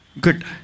Good